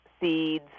seeds